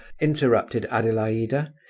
interrupted adelaida,